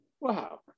wow